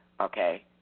Okay